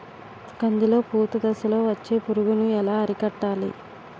కందిలో పూత దశలో వచ్చే పురుగును ఎలా అరికట్టాలి?